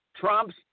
Trump's